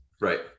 Right